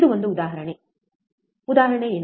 ಇದು ಒಂದು ಉದಾಹರಣೆ ಉದಾಹರಣೆ ಏನು